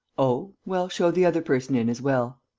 oh? well, show the other person in as well.